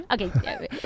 Okay